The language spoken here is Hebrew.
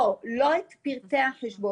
לא, לא את פרטי החשבון.